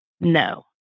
no